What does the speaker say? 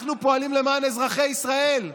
אנחנו פועלים למען אזרחי ישראל,